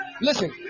Listen